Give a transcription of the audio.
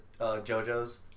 jojo's